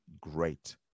great